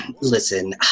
listen